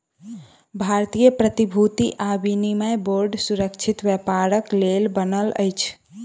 भारतीय प्रतिभूति आ विनिमय बोर्ड सुरक्षित व्यापारक लेल बनल अछि